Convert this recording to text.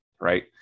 right